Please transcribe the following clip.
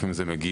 לפעמים זה מגיע